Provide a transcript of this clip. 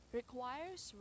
requires